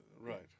right